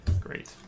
Great